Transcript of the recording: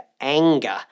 anger